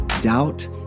doubt